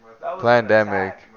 pandemic